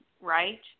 right